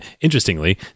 interestingly